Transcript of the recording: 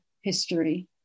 history